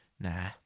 Nah